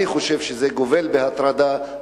אני חושב שזה גובל בהטרדה,